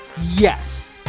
yes